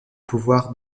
pouvoirs